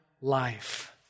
life